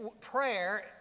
prayer